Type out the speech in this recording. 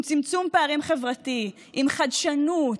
עם צמצום פערים חברתי, עם חדשנות,